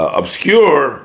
obscure